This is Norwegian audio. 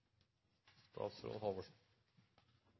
statsråd